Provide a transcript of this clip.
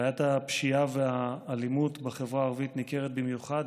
בעיית הפשיעה והאלימות בחברה הערבית ניכרת במיוחד